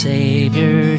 Savior